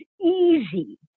easy